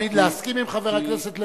אי-אפשר תמיד להסכים עם חבר הכנסת לוין,